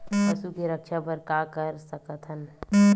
पशु के रक्षा बर का कर सकत हन?